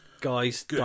Guys